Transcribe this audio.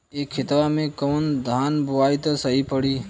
ए खेतवा मे कवन धान बोइब त सही पड़ी?